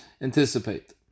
anticipate